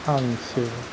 हांसो